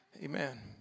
Amen